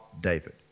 David